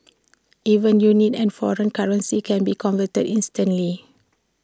even units and foreign currencies can be converted instantly